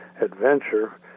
adventure